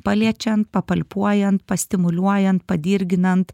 paliečiant papalpuojant pastimuliuojant padirginant